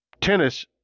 tennis